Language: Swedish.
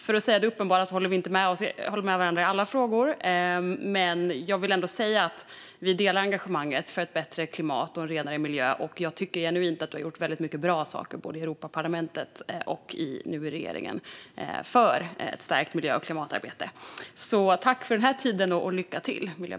För att säga det uppenbara håller vi inte med varandra i alla frågor, men jag vill ändå säga att vi delar engagemanget för ett bättre klimat och en renare miljö. Jag tycker genuint att Isabella Lövin har gjort väldigt mycket bra saker både i Europaparlamentet och i regeringen för ett stärkt miljö och klimatarbete. Tack för den här tiden och lycka till!